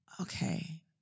Okay